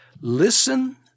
Listen